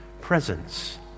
presence